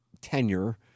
tenure